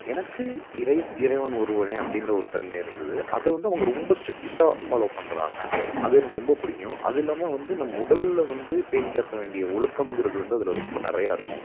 எனக்கு இறை இறைவன் ஒருவனே அப்படிங்கிற ஒரு தன்மை இருந்தது அதை வந்து அவங்க ரொம்ப ஸ்ட்ரிக்டாக ஃபாலோ பண்ணுறாங்க அது எனக்கு ரொம்ப பிடிக்கும் அது இல்லாமல் வந்து நம் உடல்ல வந்து பேணிக்காக்க வேண்டிய ஒழுக்கங்கிறது வந்து அதில் ரொம்ப நிறையா இருக்கும்